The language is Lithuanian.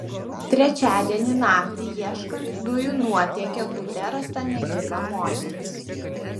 trečiadienį naktį ieškant dujų nuotėkio bute rasta negyva moteris